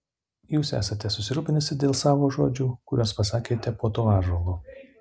jūs esate susirūpinusi dėl savo žodžių kuriuos pasakėte po tuo ąžuolu